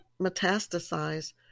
metastasize